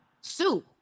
sue